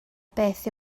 beth